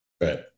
Right